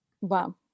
Wow